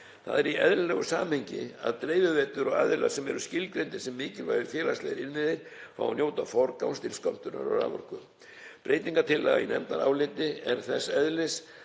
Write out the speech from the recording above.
Það er í eðlilegu samhengi að dreifiveitur og aðilar sem eru skilgreindir sem mikilvægir félagslegir innviðir fái að njóta forgangs til skömmtunar á raforku. Breytingartillaga í nefndaráliti er þess eðlis